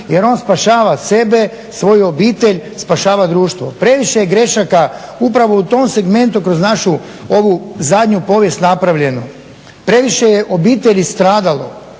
jer on spašava sebe, svoju obitelj, spašava društvo. Previše je grešaka u tom segmentu kroz našu ovu povijest napravljeno. Previše je obitelji stradalo,